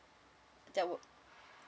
that would